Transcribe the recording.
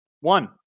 one